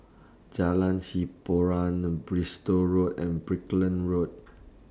Jalan Hiboran Bristol Road and Brickland Road